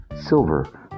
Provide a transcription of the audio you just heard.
silver